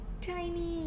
tiny